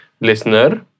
Listener